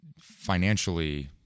financially